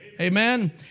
Amen